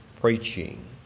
preaching